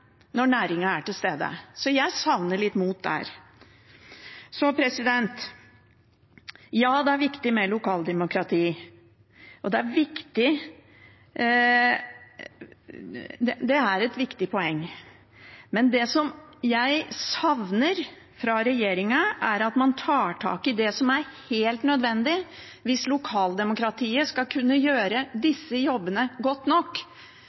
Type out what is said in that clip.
når næringen er til stede, så der savner jeg litt mot. Ja, det er viktig med lokaldemokrati, og det er et viktig poeng. Men det jeg savner fra regjeringen, er at man tar tak i det som er helt nødvendig hvis lokaldemokratiet skal kunne gjøre disse jobbene godt nok: